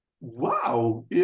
wow